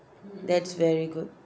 that's very good